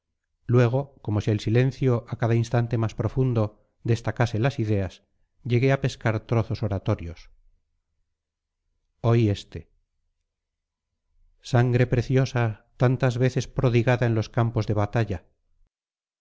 luego como si el silencio a cada instante más profundo destacase las ideas llegué a pescar trozos oratorios oí este sangre preciosa tantas veces prodigada en los campos de batalla